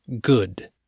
Good